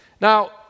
Now